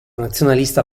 nazionalista